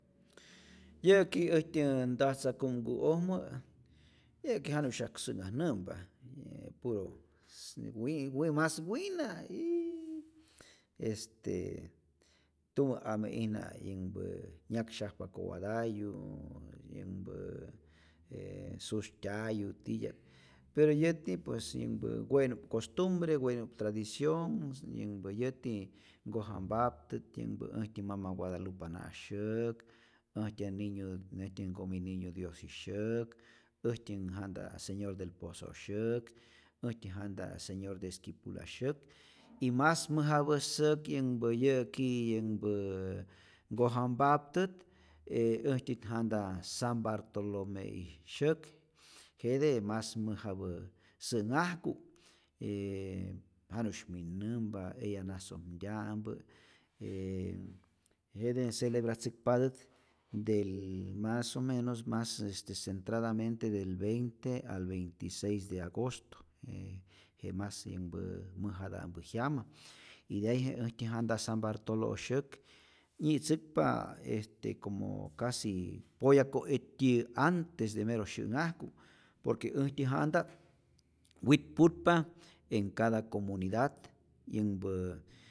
Yä'ki äjtyä ntajtza kumku'ojmä, yä'ki janu'syak sä'nhajnämpa, e puro wi wi mas wina iiiii este tumä ame'ijna yänhpä nyaksyajpa kowatayu, ooo yänhpäää sustyayu titya'p, pero yäti pues yänhpä we'nu'p costumbre, we'nu'p tradicion, yänhpä yäti nkojampaptät yänhpä äjtyä mama guadalupana' syäk, äjtyä ninyu, äjtyä nkomi ninyu diojsi syäk, äjtyän janta señor del pozo' syäk, äjtyä janta señor de esquipula' syäk, y mas mäjapä säk yänhpä yä'ki yänhpä nkojampaptät äjtyät janta san bartolome'i syäk, jete mas mäjapä sä'nhajku, yyy janu'sh min'nämpa eya nasojmtya'mpä, je jete celebratzäkpatät del mas o menos mas este centradamente del 20 al 26 de agosto, je je mas yänhpä mäjata'mpä jyama, itay je äjtyä janta san bartolo' syäk nyi'tzäkpa este como casi poya ko ät'tyiyä antes de enero syä'nhajku por que äjtyä janta' witputpa en cada comunidad yänhpä